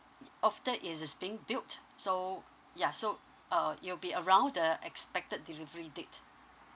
after it is being built so ya so uh it'll be around the expected delivery date